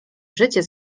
życie